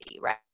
Right